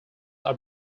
are